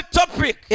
topic